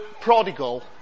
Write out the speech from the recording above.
prodigal